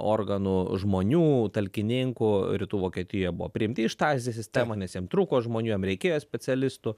organų žmonių talkininkų rytų vokietijoje buvo priimti į štaze sistemą nes jiem trūko žmonių jiem reikėjo specialistų